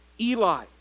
Eli